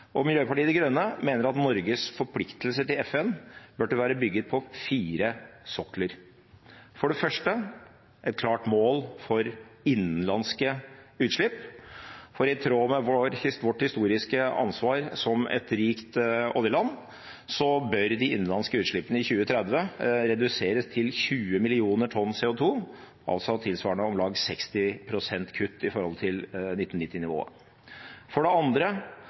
klimaansvaret. Miljøpartiet De Grønne mener at Norges forpliktelse til FN burde være bygget på fire sokler. For det første: Vi må ha et klart mål for innenlandske utslipp, for i tråd med vårt historiske ansvar som et rikt oljeland bør de innenlandske utslippene i 2030 reduseres til 20 millioner tonn CO2, altså tilsvarende om lag 60 pst. kutt i forhold til 1990-nivået. For det andre: